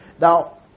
Now